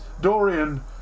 Dorian